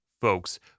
folks